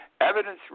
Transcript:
Evidence